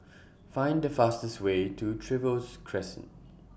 Find The fastest Way to Trevose Crescent